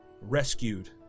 rescued